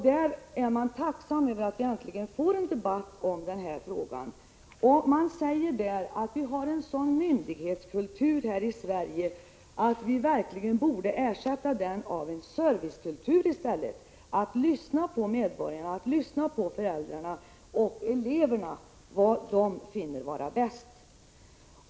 Där är man tacksam över att vi äntligen får en debatt om denna fråga. Man framhåller att vi har en ”myndighetskultur” här i Sverige och att den verkligen borde ersättas med en servicekultur — att lyssna på vad medborgarna, föräldrarna och eleverna finner vara bäst.